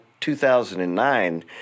2009